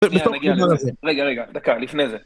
רגע רגע רגע דקה לפני זה